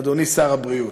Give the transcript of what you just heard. אדוני שר הבריאות.